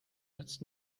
nützt